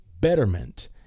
betterment